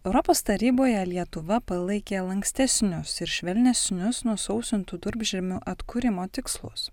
europos taryboje lietuva palaikė lankstesnius ir švelnesnius nusausintų durpžemių atkūrimo tikslus